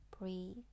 breathe